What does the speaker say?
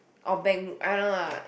or bank I don't know ah